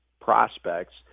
prospects